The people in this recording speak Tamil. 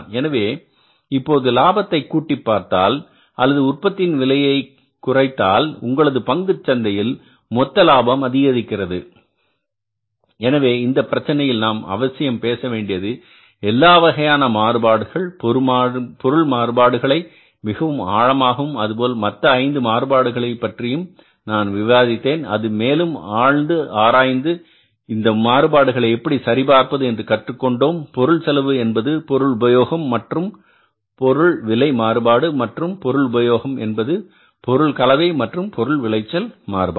எனவே இப்போது லாபத்தை கூட்டிப் பார்த்தால் அல்லது உற்பத்தியின் விலையை குறைத்தால் உங்களது பங்கு சந்தையில் மொத்த லாபம் அதிகரிக்கிறது எனவே இந்த பிரச்சனையில் நாம் அவசியம் பேசவேண்டியது எல்லாவகையான மாறுபாடுகள் பொருள் மாறுபாடுகளை மிக ஆழமாகவும் அதுபோல் மற்ற 5 மாறுபாடுகள் பற்றியும் நான் விவாதித்தேன் அதை மேலும் ஆழ்ந்து ஆராய்ந்து இந்த மாறுபாடுகளை எப்படி சரி பார்ப்பது என்று கற்றுக் கொண்டோம் பொருள் செலவு என்பது பொருள் உபயோகம் மற்றும் பொருள் விலை மாறுபாடு மற்றும் பொருள் உபயோகம் என்பது பொருள் கலவை மற்றும் பொருள் விளைச்சல் மாறுபாடு